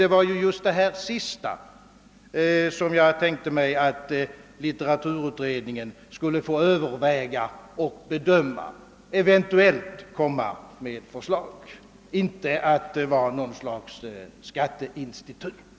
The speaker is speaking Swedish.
Det var just detta sista som jag tänkte mig att litteraturutredningen skulle få överväga och bedöma för att eventuellt lägga fram ett förslag — inte att den skulle vara något slags skatteinstitut.